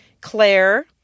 Claire